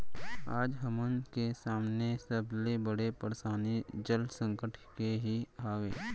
आज हमन के सामने सबले बड़े परसानी जल संकट के ही हावय